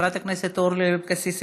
חברת הכנסת אורלי לוי אבקסיס,